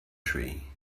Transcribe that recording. tree